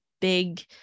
big